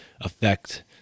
affect